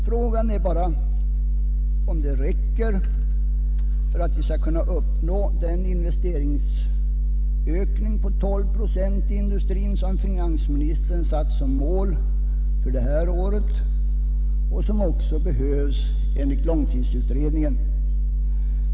Frågan är bara om detta räcker för att vi skall kunna uppnå den investeringsökning på 12 procent i industrin som finansministern satt som mål för det här året och som också behövs enligt långtidsutredningen.